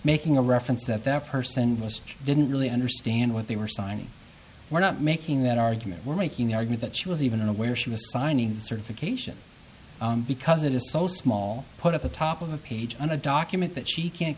making a reference that that person was didn't really understand what they were signing were not making that argument were making argued that she was even aware she was signing the certification because it is so small put at the top of a page on a document that she can't